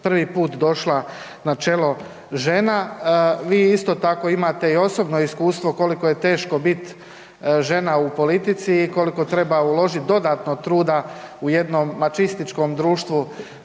prvi put došla na čelo žena. Vi isto tako imate i osobno iskustvo koliko je teško biti žena u politici i koliko treba uložiti dodatno truda u jednom mačističkom društvu